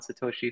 Satoshi